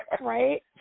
Right